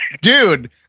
dude